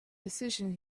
decision